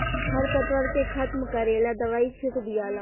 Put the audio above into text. खर पतवार के खत्म करेला दवाई छिट दियाला